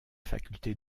faculté